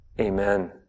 amen